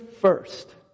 first